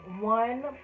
one